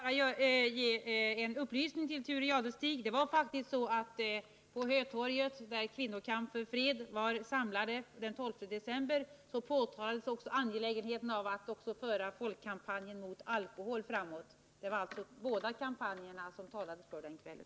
Herr talman! Jag vill bara ge en upplysning till Thure Jadestig. Det var missbruk av alkosammankallande, pekades också på angelägenheten av att föra folkkampan — hol jen mot alkohol framåt. Det var alltså båda kampanjerna som man talade om den kvällen.